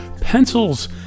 pencils